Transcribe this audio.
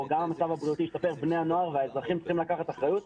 מצב בריאותי טוב יותר והאזרחים צריכים לקחת אחריות,